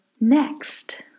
next